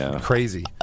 crazy